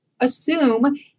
assume